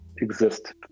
exist